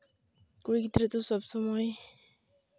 ᱠᱩᱲᱤ ᱜᱤᱫᱽᱨᱟᱹ ᱫᱚ ᱥᱚᱵ ᱥᱚᱢᱚᱭ